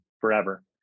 forever